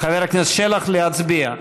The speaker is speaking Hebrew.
חבר הכנסת שלח, להצביע.